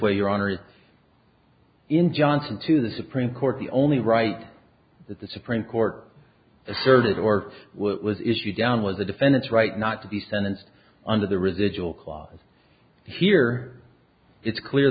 way your honor in johnson to the supreme court the only right that the supreme court asserted or was issued down was the defendant's right not to be sentenced under the residual clause here it's clear